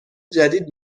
جدید